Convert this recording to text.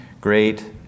great